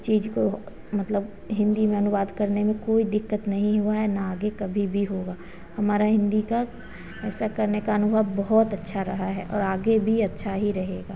चीज़ को मतलब हिन्दी में अनुवाद करने में कोई दिक्कत नहीं हुई है ना आगे कभी भी होगी हमारा हिन्दी का ऐसा करने का अनुभव बहुत अच्छा रहा है और आगे भी अच्छा ही रहेगा